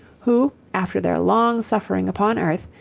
who, after their long suffering upon earth,